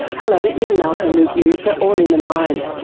hello, lynne malcolm with you for all in the mind.